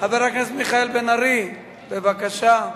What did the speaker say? חבר הכנסת מיכאל בן-ארי, בבקשה.